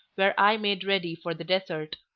where i made ready for the desert.